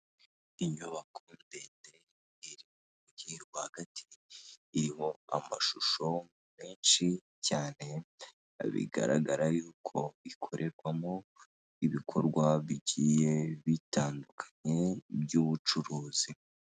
Inyubako ndende iri mu mujyi rwagati, iriho amashusho menshi cyane, bigaragara yuko ikorerwamo ibikorwa bigiye bitandukanye by'ubucuruzi.